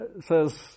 says